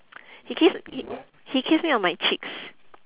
he kissed h~ he kissed me on my cheeks